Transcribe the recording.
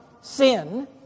sin